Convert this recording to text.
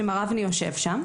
שמר אבני יושב שם.